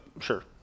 Sure